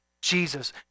Jesus